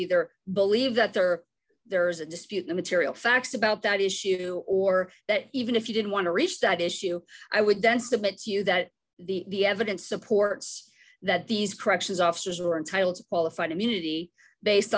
either believe that there there is a dispute the material facts about that issue or that even if you didn't want to reach that issue i would dance to bits you that the evidence supports that these corrections officers are entitled to qualified immunity based